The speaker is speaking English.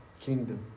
kingdom